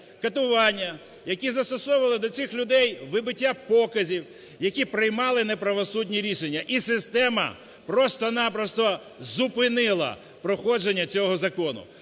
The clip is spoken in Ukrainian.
катування, які застосовували до цих людей вибиття показів, які приймали неправосудні рішення. І система просто-напросто зупинила проходження цього закону.